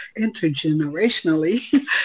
intergenerationally